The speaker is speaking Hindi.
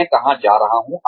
मैं कहाँ जा रहा हूँ